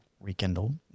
rekindle